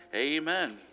Amen